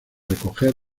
recoger